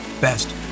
best